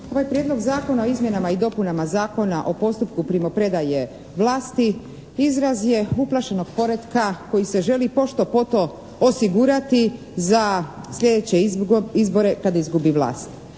Ovaj Prijedlog zakona o izmjenama i dopunama Zakona o postupku primopredaje vlasti izraz je uplašenog poretka koji se želi pošto poto osigurati za sljedeće izbore kad izgubi vlast.